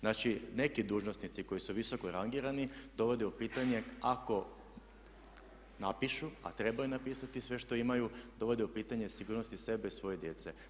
Znači, neki dužnosnici koji su visoko rangirani dovode u pitanje ako napišu, a trebaju napisati sve što imaju, dovode u pitanje sigurnost sebe i svoje djece.